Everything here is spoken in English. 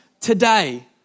today